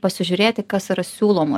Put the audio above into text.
pasižiūrėti kas yra siūlomo